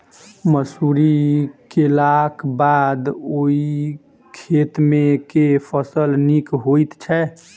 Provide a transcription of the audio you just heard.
मसूरी केलाक बाद ओई खेत मे केँ फसल नीक होइत छै?